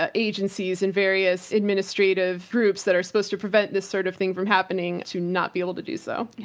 ah agencies and various administrative groups that are supposed to prevent this sort of thing from happening to not be able to do so.